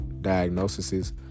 diagnoses